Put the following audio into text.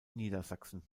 niedersachsen